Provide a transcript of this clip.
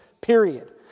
period